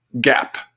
gap